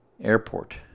airport